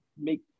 make